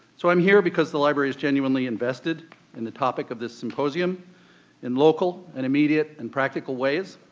so i'm here because the library is genuinely invested in the topic of this symposium in local and immediate and practical ways.